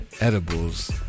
Edibles